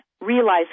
realize